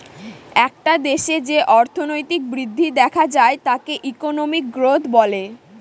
একটা দেশে যে অর্থনৈতিক বৃদ্ধি দেখা যায় তাকে ইকোনমিক গ্রোথ বলে